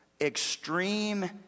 extreme